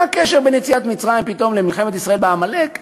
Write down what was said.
מה הקשר בין יציאת מצרים למלחמת ישראל בעמלק?